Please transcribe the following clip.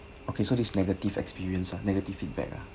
okay so this negative experience ah negative feedback ah